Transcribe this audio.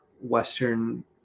Western